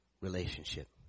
Relationship